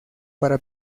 para